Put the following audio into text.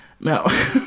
now